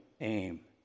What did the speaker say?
aim